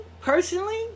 personally